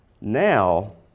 now